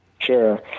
Sure